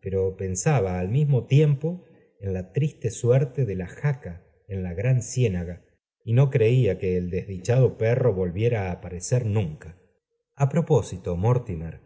pero pensaba al mismo tiempo en la triste suerte de la jaca en la gran ciénaga y no creía que el desdichado perro volviera á aparecer nunca a propósito mortimer